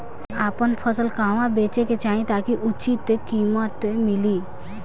आपन फसल कहवा बेंचे के चाहीं ताकि उचित कीमत मिली?